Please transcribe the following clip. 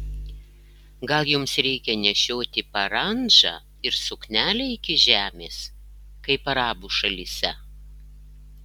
gal jums reikia nešioti parandžą ir suknelę iki žemės kaip arabų šalyse